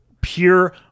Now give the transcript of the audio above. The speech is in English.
pure